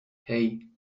hey